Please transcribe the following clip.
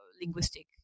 linguistic